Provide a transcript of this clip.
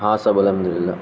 ہاں سب الحمد للہ